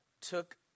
took